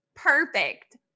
perfect